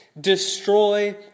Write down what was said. destroy